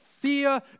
fear